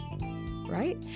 Right